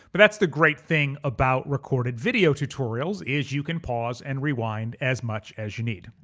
but that's the great thing about recorded video tutorials is you can pause and rewind as much as you need.